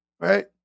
Right